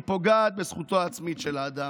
היא פוגעת בזכותו העצמית של האדם.